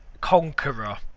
conqueror